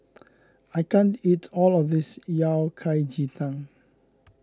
I can't eat all of this Yao Cai Ji Tang